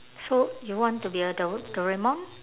so you want to be a do~ doraemon